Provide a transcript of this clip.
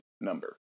number